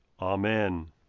Amen